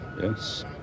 yes